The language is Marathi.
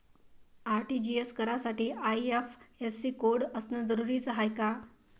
आर.टी.जी.एस करासाठी आय.एफ.एस.सी कोड असनं जरुरीच हाय का?